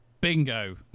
Bingo